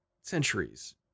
centuries